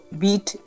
beat